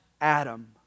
Adam